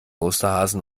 osterhasen